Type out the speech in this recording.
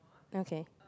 okay